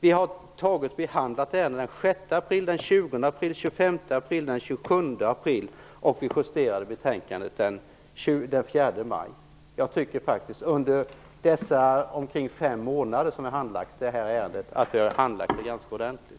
Vi har behandlat ärendet den 6 april, den 20 april, den 25 april och den 27 Under de omkring fem månader som vi har handlagt ärendet tycker jag faktiskt att vi har handlagt det ganska ordentligt.